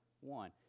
one